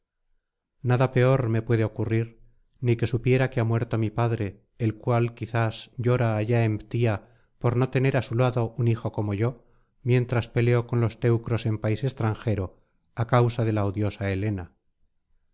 nada peor me puede ocurrir ni que supiera que ha muerto mi padre el cual quizás llora allá en ptía por no tener á su lado un hijo como yo mientras peleo con los teucros en país extranjero á causa de la odiosa helena